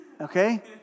Okay